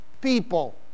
people